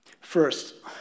First